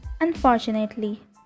Unfortunately